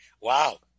Wow